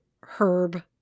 Herb